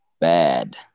bad